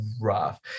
rough